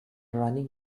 running